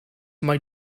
mae